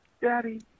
Daddy